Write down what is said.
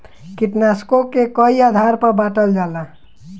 कीटनाशकों के कई आधार पर बांटल जाला